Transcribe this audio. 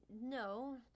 no